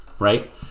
right